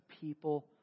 people